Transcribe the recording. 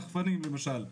רחפנים למשל,